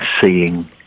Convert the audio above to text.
seeing